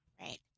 Right